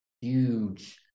huge